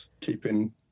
keeping